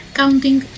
counting